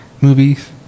movies